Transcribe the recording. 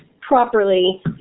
properly